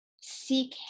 seek